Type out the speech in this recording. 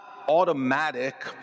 automatic